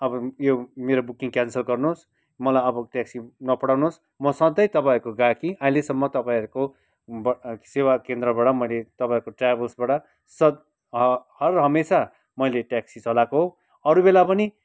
अब यो मेरो बुकिङ क्यान्सल गर्नुहोस् मलाई अब ट्याक्सी नपठाउनुहोस् म सधैँ तपाईँहरूको गाहकी अहिलेसम्म तपाईँहरूको सेवा केन्द्रबाट मैले तपाईँहरूको ट्राभल्सबाट हर हमेसा मैले ट्याक्सी चलाको हो अरू बेला पनि